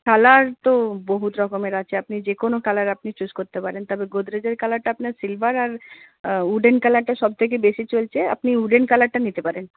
colour তো বহুত রকমের আছে আপনি যে কোনও কালার আপনি চুজ করতে পারেন তবে গোদরেজের কালারটা আপনার সিলভার আর উডেন কালারটা সব থেকে বেশি চলছে আপনি উডেন কালারটা নিতে পারেন